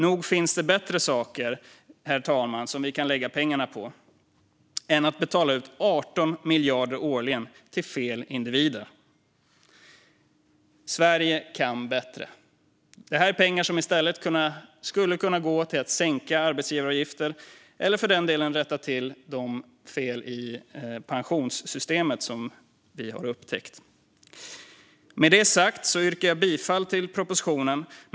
Nog finns det bättre saker vi kan lägga pengarna på än att betala ut 18 miljarder årligen till fel individer? Sverige kan bättre! Detta är pengar som i stället skulle kunna gå till att sänka arbetsgivaravgiften eller rätta till de fel i pensionssystemet som vi har upptäckt. Med detta sagt yrkar jag bifall till propositionen.